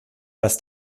dass